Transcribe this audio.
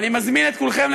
אני מאחל לך הצלחה בתפקיד.